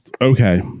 Okay